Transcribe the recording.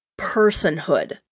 personhood